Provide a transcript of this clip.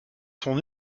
son